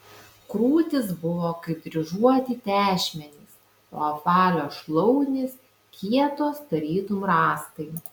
krūtys buvo kaip dryžuoti tešmenys o apvalios šlaunys kietos tarytum rąstai